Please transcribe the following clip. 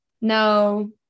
No